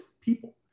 people